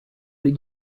did